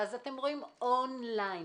אתם רואים און ליין